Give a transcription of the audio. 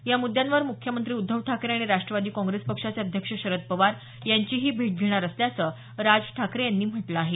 या मुद्द्यांवर मुख्यमंत्री उद्धव ठाकरे आणि राष्ट्रवादी काँग्रेस पक्षाचे अध्यक्ष शरद पवार यांचीही भेट घेणार असल्याचंही राज ठाकरे यांनी म्हटलं आहे